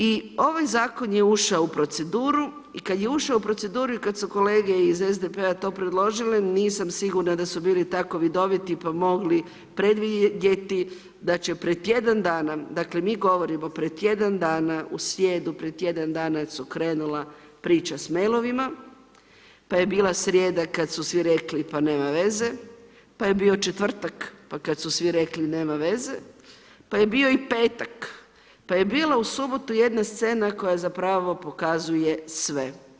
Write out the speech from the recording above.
I ovaj Zakon je ušao u proceduru i kad je ušao u proceduru i kad su kolege iz SDP-a to predložili, nisam sigurna da su bili tako vidoviti pa mogli predvidjeti da će pred tjedan dana, dakle mi govorimo pred tjedan dana, u srijedu pred tjedan dana su krenule priče s mail-ovima, pa je bila srijeda kad su svi rekli pa nema veze, pa je bio četvrtak pa kad su svi rekli nema veze, pa je bio i petak, pa je bila u subotu jedna scena koja zapravo pokazuje sve.